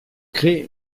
crée